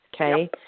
Okay